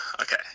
okay